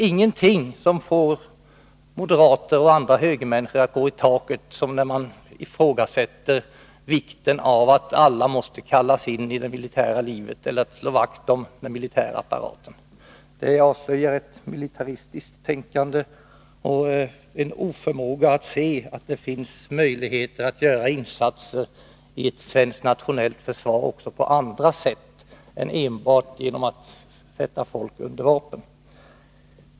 Ingenting kan få moderater och andra högermän att flyga Nr 145 itaket som när man ifrågasätter vikten av att alla måste kallas in i det militära Onsdagen den eller när det gäller att slå vakt om den militära apparaten. Detta avslöjar ett 12 maj 1982 militaristiskt tänkande och en oförmåga att se att det finns möjligheter att göra insatser i ett svenskt nationellt försvar också på andra sätt än enbart genom att sätta folk under vapen.